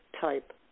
type